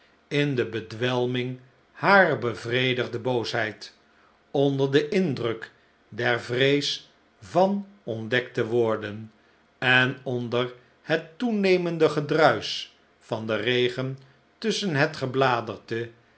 in de bedwelming harer bevredigde boosheid onder den indruk der vrees van ontdekt te worden en onder het toenemende gedruisch van den regen tusschen het gebladerte en